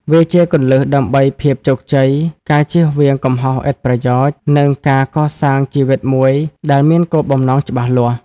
វាជាគន្លឹះដើម្បីភាពជោគជ័យ ការជៀសវាងកំហុសឥតប្រយោជន៍ និងការកសាងជីវិតមួយដែលមានគោលបំណងច្បាស់លាស់។